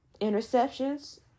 interceptions